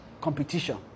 competition